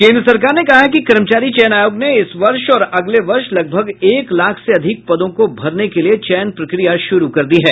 केन्द्र सरकार ने कहा है कि कर्मचारी चयन आयोग ने इस वर्ष और अगले वर्ष लगभग एक लाख से अधिक पदों को भरने के लिए चयन प्रक्रिया शुरू कर दी है